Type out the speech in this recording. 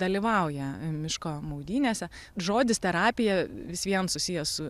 dalyvauja miško maudynėse žodis terapija vis vien susijęs su